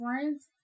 friends